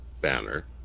banner